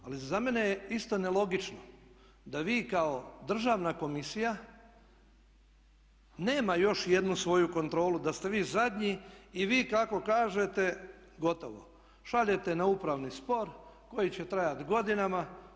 Ali za mene je isto nelogično da vi kao državna komisija nema još jednu svoju kontrolu da ste vi zadnji i vi kako kažete gotovo, šaljete na upravni spor koji će trajati godinama.